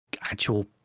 actual